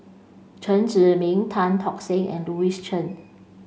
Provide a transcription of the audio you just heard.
Chen Zhiming Tan Tock Seng and Louis Chen